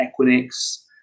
Equinix